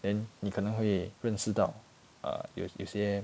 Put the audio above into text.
then 你可能会认识到 err 有有些